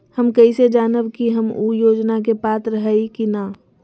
हम कैसे जानब की हम ऊ योजना के पात्र हई की न?